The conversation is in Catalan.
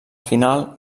final